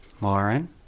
Lauren